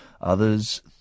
Others